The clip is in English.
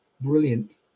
brilliant